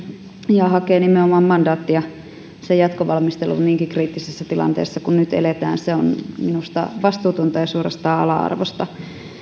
ja hakee nimenomaan mandaattia sen jatkovalmisteluun niinkin kriittisessä tilanteessa kuin nyt eletään se on minusta vastuutonta ja suorastaan ala arvoista